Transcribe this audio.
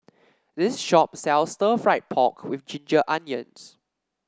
this shop sells Stir Fried Pork with Ginger Onions